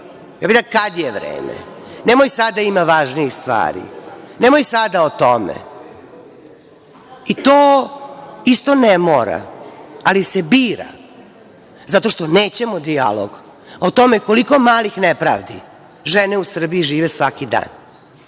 kada je vreme? Nemoj sada ima važnijih stvari, nemoj sada o tome. To isto ne mora, ali se bira zato što nećemo dijalog, o tome koliko malih nepravdi žene u Srbiji žive svaki dan.